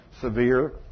severe